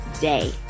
day